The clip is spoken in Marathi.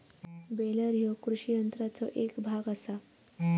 बेलर ह्यो कृषी यंत्राचो एक भाग आसा